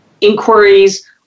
inquiries